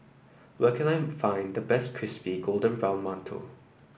where can I find the best Crispy Golden Brown Mantou